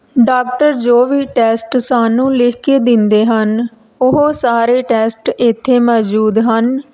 doctor ਜੋ ਵੀ test ਸਾਨੂੰ ਲਿਖ ਕੇ ਦਿੰਦੇ ਹਨ ਉਹ ਸਾਰੇ ਟੈਸਟ ਇੱਥੇ ਮੌਜੂਦ ਹਨ